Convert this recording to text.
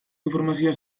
informazioa